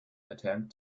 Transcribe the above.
attempt